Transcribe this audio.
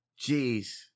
Jeez